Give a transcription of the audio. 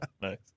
Nice